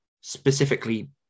specifically